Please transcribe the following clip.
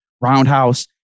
roundhouse